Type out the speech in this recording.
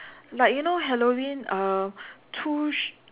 like you know Halloween uh two sh~